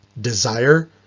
desire